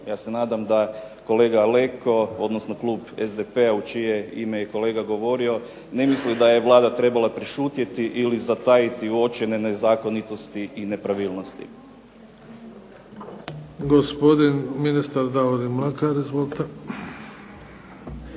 Ja se nadam da kolega Leko, odnosno klub SDP-a u čije ime je i kolega govorio, ne misli da je Vlada trebala prešutjeti ili zatajiti uočene nezakonitosti i nepravilnosti.